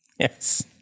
Yes